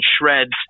shreds